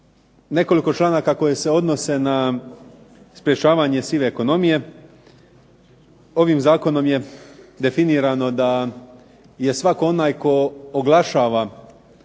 nekoliko članaka koji se odnose na sprečavanje sive ekonomije. Ovim zakonom je definirano da svatko onaj tko oglašava